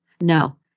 No